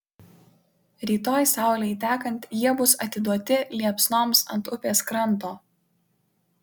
rytoj saulei tekant jie bus atiduoti liepsnoms ant upės kranto